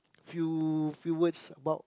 few few words about